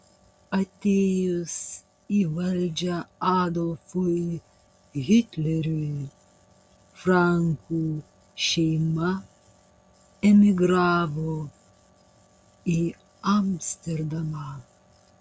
atėjus į valdžią adolfui hitleriui frankų šeima emigravo į amsterdamą